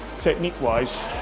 technique-wise